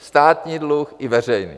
Státní dluh i veřejný.